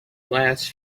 last